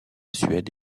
suède